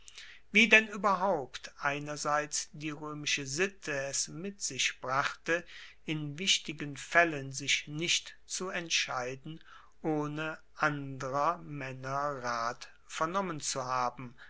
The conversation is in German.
wie denn ueberhaupt einerseits die roemische sitte es mit sich brachte in wichtigen faellen sich nicht zu entscheiden ohne anderer maenner rat vernommen zu haben